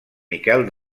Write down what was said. miquel